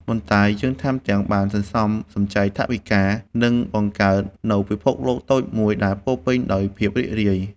ប៉ុន្តែយើងថែមទាំងបានសន្សំសំចៃថវិកា និងបង្កើតនូវពិភពលោកតូចមួយដែលពោរពេញដោយភាពរីករាយ។